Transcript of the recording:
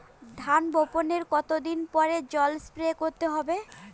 ধান বপনের কতদিন পরে জল স্প্রে করতে হবে?